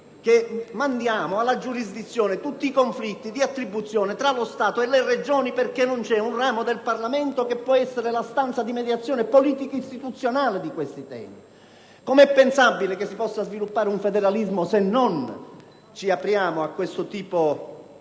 costituzionale tutta una serie di conflitti di attribuzione tra lo Stato e le Regioni perché non c'è un ramo del Parlamento che può essere la stanza di mediazione politico-istituzionale di questi temi. Com'è pensabile che si possa sviluppare un federalismo se non ci apriamo a questo tipo di